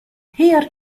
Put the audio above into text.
here